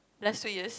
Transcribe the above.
last years